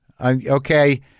Okay